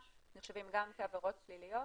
גם במסמך